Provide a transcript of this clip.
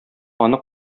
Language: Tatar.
аны